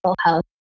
health